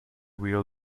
wheel